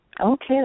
Okay